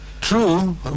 True